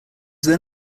then